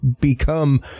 become